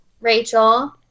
Rachel